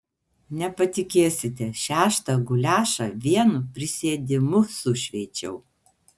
nepatikėsite šeštą guliašą vienu prisėdimu sušveičiau